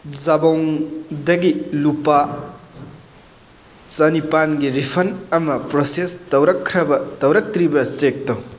ꯖꯕꯣꯡꯗꯒꯤ ꯂꯨꯄꯥ ꯆꯅꯤꯄꯥꯟꯒꯤ ꯔꯤꯐꯟ ꯑꯃ ꯄ꯭ꯔꯣꯁꯦꯁ ꯇꯧꯔꯛꯈ꯭ꯔꯕ ꯇꯧꯔꯀꯇ꯭ꯔꯤꯕ꯭ꯔꯥ ꯆꯦꯛ ꯇꯧ